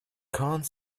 quand